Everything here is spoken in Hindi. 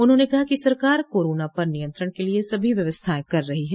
उन्होंने कहा कि सरकार कोरोना पर नियंत्रण के लिये सभी व्यवस्थाएं कर रही है